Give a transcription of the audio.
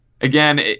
again